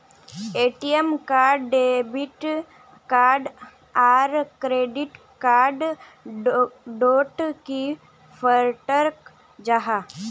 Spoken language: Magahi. ए.टी.एम कार्ड डेबिट कार्ड आर क्रेडिट कार्ड डोट की फरक जाहा?